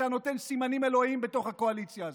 שאתה נותן סימנים אלוהיים בתוך הקואליציה הזאת.